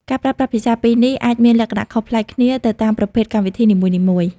ការប្រើប្រាស់ភាសាពីរនេះ អាចមានលក្ខណៈខុសប្លែកគ្នាទៅតាមប្រភេទកម្មវិធីនីមួយៗ។